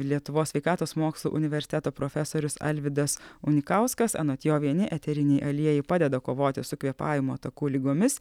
lietuvos sveikatos mokslų universiteto profesorius alvydas unikauskas anot jo vieni eteriniai aliejai padeda kovoti su kvėpavimo takų ligomis